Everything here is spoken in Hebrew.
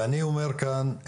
אני אומר כאן,